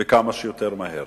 וכמה שיותר מהר.